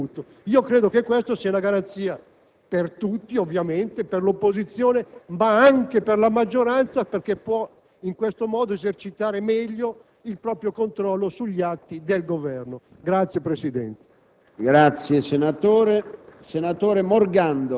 a garantire una copertura formale. Questo non è più avvenuto. Credo che tutto ciò sia una garanzia per tutti, per l'opposizione ma anche per la maggioranza, perché in questo modo può esercitare meglio il proprio controllo sugli atti del Governo. *(Applausi